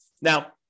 Now